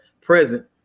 present